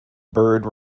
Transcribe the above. bird